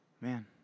Man